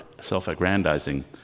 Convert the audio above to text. self-aggrandizing